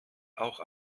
auch